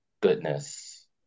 goodness